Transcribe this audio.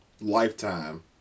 lifetime